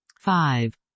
five